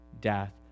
death